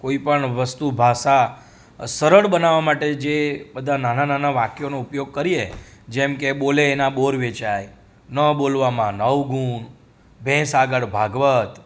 કોઈપણ વસ્તુ ભાષા સરળ બનાવવા માટે જે બધા નાના નાના વાક્યોનો ઉપયોગ કરીએ જેમ કે બોલે એના બોર વેચાય ન બોલવામાં નવ ગુણ ભેંસ આગળ ભાગવત